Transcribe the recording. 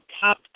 top